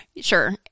Sure